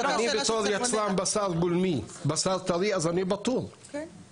אני בתור יצרן בשר גולמי, בשר טרי, אז